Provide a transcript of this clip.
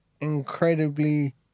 incredibly